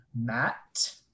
matt